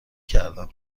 کردم